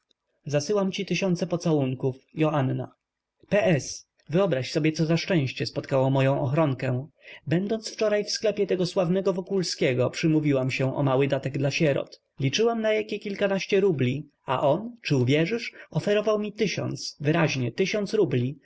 zasyłam ci tysiące pocałunków p s wyobraź sobie co za szczęście spotkało moję ochronkę będąc wczoraj w sklepie tego sławnego wokulskiego przymówiłam się o mały datek dla sierot liczyłam na jakie kilkanaście rubli a on czy uwierzysz ofiarował mi tysiąc wyraźnie tysiąc rubli